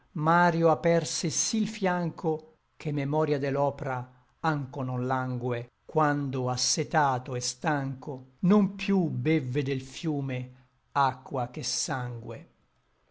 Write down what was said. mario aperse sí l fianco che memoria de l'opra ancho non langue quando assetato et stanco non piú bevve del fiume acqua che sangue